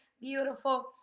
beautiful